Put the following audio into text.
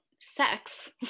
sex